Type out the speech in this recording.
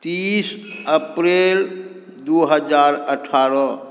तीस अप्रिल दू हजार अठारह